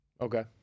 Okay